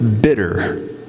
bitter